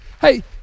Hey